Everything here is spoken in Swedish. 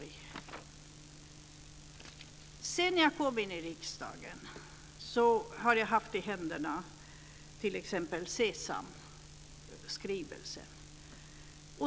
Efter det att jag kom in i riksdagen har jag haft i min hand t.ex. SE SAM-skrivelsen.